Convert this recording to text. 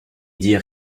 dire